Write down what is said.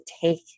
take